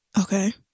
okay